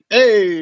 Hey